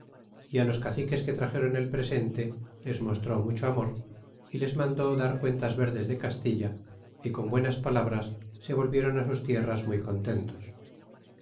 á los caciques que traxéron el presente les mostró mucho amo r y les mandó dar cuentas verdes de castilla y con buenas palabras se volvieron ó sus tierras muy contentos